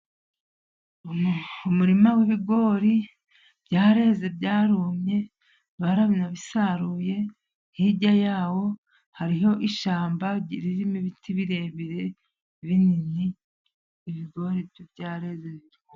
Umurima w'ibigori byareze, byarumye, baranabisaruye, hirya ya wo hariho ishyamba ririmo ibiti birebire, binini, ibigori byo byareze.